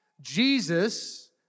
Jesus